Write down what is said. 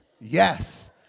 Yes